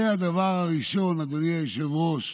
זה הדבר הראשון, אדוני היושב-ראש,